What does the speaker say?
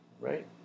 Right